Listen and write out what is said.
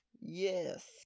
Yes